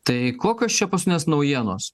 tai kokios čia paskutinės naujienos